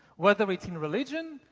whether it's in religion,